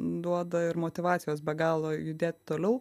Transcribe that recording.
duoda ir motyvacijos be galo judėti toliau